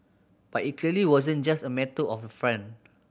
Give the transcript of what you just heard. but it clearly wasn't just a matter of font